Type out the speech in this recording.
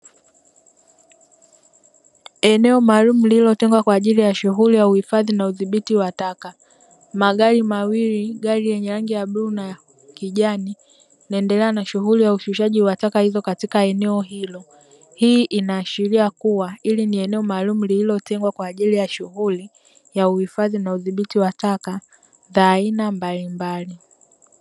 Eneo maalumu lililotengwa kwa ajili ya shughuli ya uhifadhi na udhibiti wa taka, magari mawili gari lenye rangi ya bluu na kijani linaendelea na shughuli ya ushishaji wa taka hizo katika eneo hilo. Hii inaashiria kuwa hili ni eneo maalumu lililotengwa kwa ajili ya shughuli ya uhifadhi na udhibiti wa taka za aina mbalimbali.